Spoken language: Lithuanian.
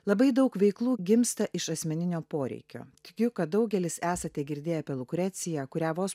labai daug veiklų gimsta iš asmeninio poreikio tikiu kad daugelis esate girdėję apie lukreciją kurią vos